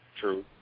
True